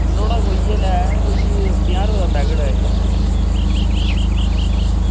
नुहाड़ा कोई ऐ कोई पंजाह् रपेऽ दा पैकेट ऐ इक